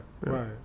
Right